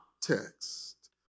text